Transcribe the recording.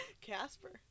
Casper